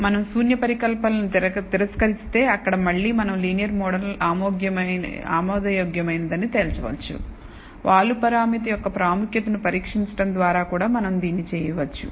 మనం శూన్య పరికల్పనను తిరస్కరిస్తే అక్కడ మళ్ళీ మనం లీనియర్ మోడల్ ఆమోదయోగ్యమైనదని తేల్చవచ్చు వాలు పరామితి' యొక్క ప్రాముఖ్యతను పరీక్షించడం ద్వారా కూడా మనం దీన్ని చేయవచ్చు